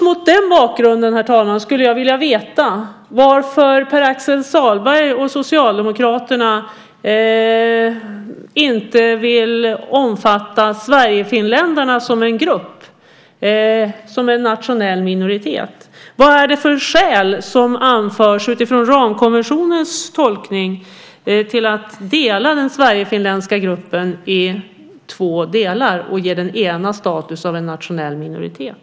Mot den bakgrunden skulle jag vilja veta varför Pär Axel Sahlberg och Socialdemokraterna inte vill omfatta sverigefinländarna som en grupp, som en nationell minoritet. Vad är det för skäl som anförs, utifrån ramkonventionens tolkning, till att dela den sverigefinländska gruppen i två delar och ge den ena status av nationell minoritet?